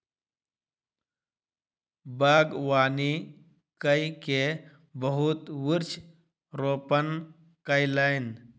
बागवानी कय के बहुत वृक्ष रोपण कयलैन